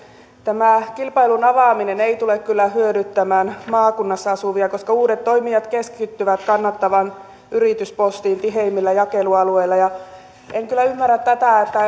tämä kilpailun avaaminen ei tule kyllä hyödyttämään maakunnassa asuvia koska uudet toimijat keskittyvät kannattavan yrityspostin tiheimmille jakelualueille en kyllä ymmärrä tätä